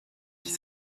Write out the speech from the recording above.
qui